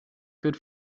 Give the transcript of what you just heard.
good